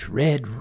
red